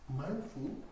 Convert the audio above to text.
mindful